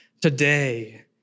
Today